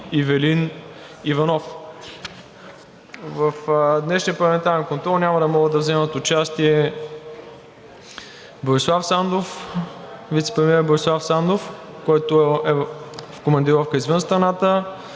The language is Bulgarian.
контрол няма да могат да вземат участие: вицепремиерът Борислав Сандов, който е в командировка извън страната.